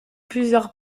plusieurs